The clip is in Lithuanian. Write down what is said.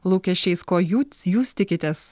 lūkesčiais ko jūts jūs tikitės